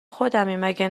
خودمی، مگه